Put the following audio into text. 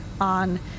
on